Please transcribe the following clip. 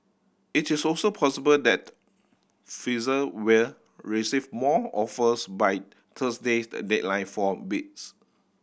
it is also possible that Pfizer will receive more offers by Thursday's that deadline for bids